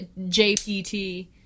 JPT